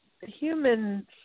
human